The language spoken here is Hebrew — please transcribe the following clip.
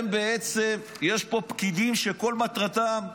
יש פה פקידים שכל מטרתם,